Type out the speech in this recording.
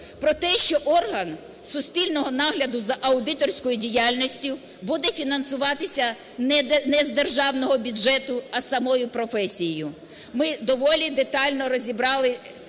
Про те, що орган суспільного нагляду за аудиторською діяльністю буде фінансуватися не з державного бюджету, а самою професією. Ми доволі детально розібрали ці